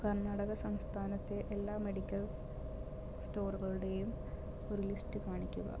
കർണ്ണാടക സംസ്ഥാനത്തെ എല്ലാ മെഡിക്കൽ സ്റ്റോറുകളുടെയും ഒരു ലിസ്റ്റ് കാണിക്കുക